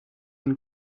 and